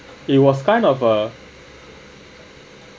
it was kind of a